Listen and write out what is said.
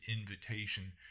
invitation